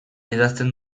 idazten